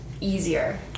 easier